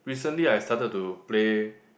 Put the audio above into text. recently I started to play